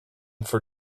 for